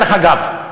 דרך אגב,